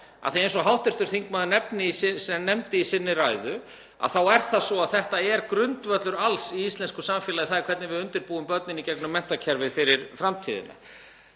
af því að eins og hv. þingmaður nefndi í sinni ræðu þá er það svo að það er grundvöllur alls í íslensku samfélagi hvernig við undirbúum börnin í gegnum menntakerfið fyrir framtíðina.